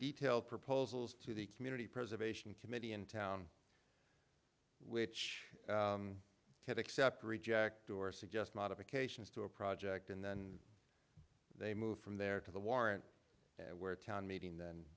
detailed proposals to the community preservation committee in town which could accept or reject or suggest modifications to a project and then they move from there to the warrant where a town meeting then